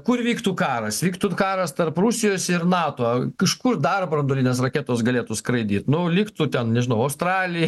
kur vyktų karas vyktų karas tarp rusijos ir nato iš kur dar branduolinės raketos galėtų skraidyti nu liktų ten žinoma australija